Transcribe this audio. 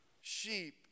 sheep